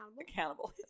accountable